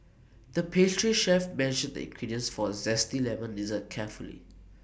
the pastry chef measured the ingredients for A Zesty Lemon Dessert carefully